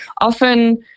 Often